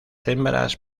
hembras